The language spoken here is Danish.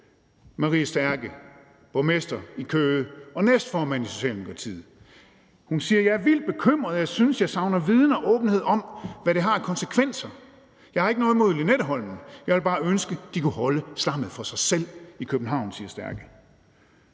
Marie Stærke, borgmester i Køge og næstformand i Socialdemokratiet, siger hun, at hun er vildt bekymret og synes, at hun savner viden og åbenhed om, hvad det har af konsekvenser. Hun har ikke noget imod Lynetteholmen, hun ville bare ønske, at de kunne holde slammet for sig selv i København. Det siger